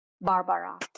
Barbara